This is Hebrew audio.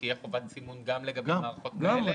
תהיה חובת סימון גם לגבי מערכות כאלה?